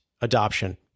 adoption